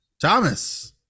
Thomas